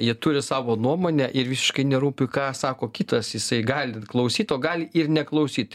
jie turi savo nuomonę ir visiškai nerūpi ką sako kitas jisai gali klausyt o gal ir neklausyt